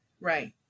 Right